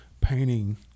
painting